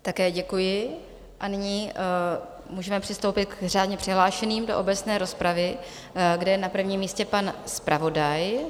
Také děkuji a nyní můžeme přistoupit k řádně přihlášeným do obecné rozpravy, kde je na prvním místě pan zpravodaj.